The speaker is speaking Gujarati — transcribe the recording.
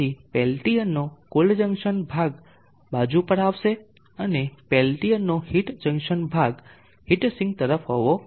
તેથી પેલ્ટિયરનો કોલ્ડ જંકશન ભાગ બાજુ પર આવશે અને પેલ્ટીયરનો હીટ જંકશન ભાગ હીટ સિંક તરફ હોવો જોઈએ